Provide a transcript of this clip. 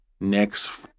next